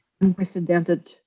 unprecedented